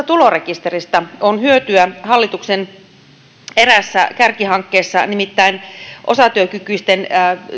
tulorekisteristä on hyötyä hallituksen eräässä kärkihankkeessa nimittäin osatyökykyisten